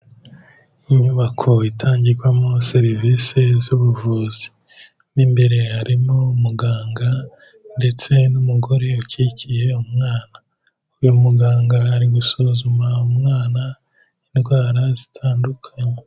Inyubako itangirwamo serivisi z'ubuvuzi. Mo imbere harimo umuganga, ndetse n'umugore ukikiye umwana. Uyu muganga ari gusuzuma umwana, indwara zitandukanye.